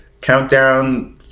countdown